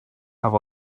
have